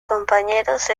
compañeros